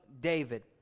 David